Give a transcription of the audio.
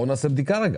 הרי